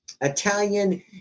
Italian